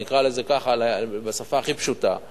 נקרא לזה ככה בשפה הכי פשוטה,